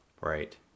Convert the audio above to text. Right